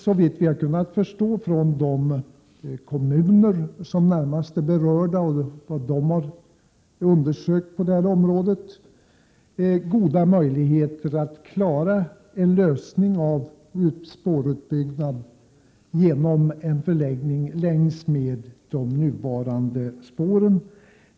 Såvitt vi har kunnat förstå av de undersökningar som har gjorts av de närmast berörda kommunerna finns det goda möjligheter att klara spårutbyggnaden genom en förläggning längs med de nuvarande spåren.